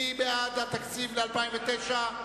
מי בעד התקציב ל-2009?